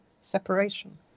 separation